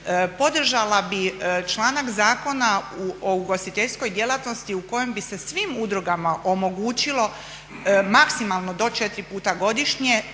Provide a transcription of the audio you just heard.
Podržala bih članak Zakona o ugostiteljskoj djelatnosti u kojem bi se svim udrugama omogućilo maksimalno do četiri puta godišnje